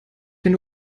wenn